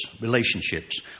relationships